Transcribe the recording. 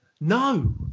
No